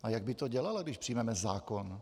A jak by to dělala, když přijmeme zákon?